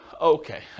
Okay